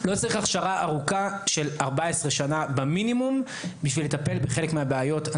לא צריך הכשרה ארוכה של 14 שנה במינימום כדי לטפל בחלק מהבעיות.